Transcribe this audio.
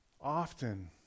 often